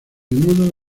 modo